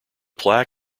plaque